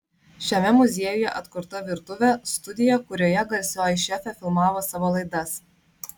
šiame muziejuje atkurta virtuvė studija kurioje garsioji šefė filmavo savo laidas